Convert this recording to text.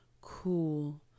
cool